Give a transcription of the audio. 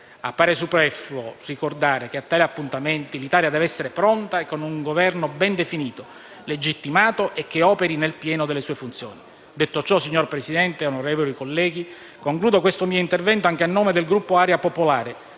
Appare superfluo ricordare che, a tali appuntamenti, l'Italia deve essere pronta e con un Governo ben definito, legittimato e che operi nel pieno delle sue funzioni. Detto ciò, signor Presidente, onorevoli colleghi, concludo questo mio intervento anche a nome del Gruppo Area Popolare